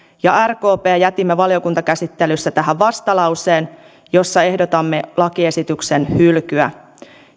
ja rkp jätimme valiokuntakäsittelyssä tähän vastalauseen jossa ehdotamme lakiesityksen hylkyä